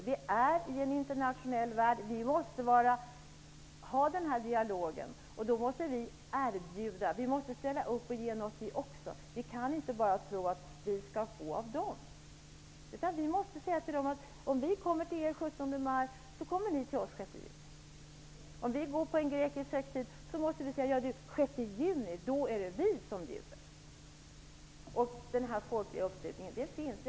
Vi lever i en internationell värld, vi måste föra den här dialogen, och vi måste ställa upp och ge något vi också. Vi kan inte bara tro att vi skall få av dem. Vi måste kunna säga: Om vi kommer till er den 17 maj, så kommer ni till oss den 6 juni. Om vi går på en grekisk högtid, måste vi kunna bjuda tillbaka den 6 Den här folkliga uppslutningen finns.